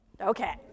Okay